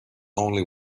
only